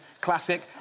classic